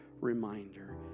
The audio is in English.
reminder